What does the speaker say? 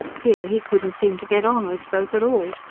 here, he couldn't seem to get on with folk at all.